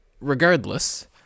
regardless